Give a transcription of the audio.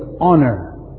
honor